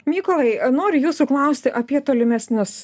mykolai noriu jūsų klausti apie tolimesnius